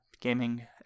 gaming